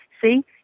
see